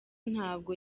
ntabwo